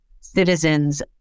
citizens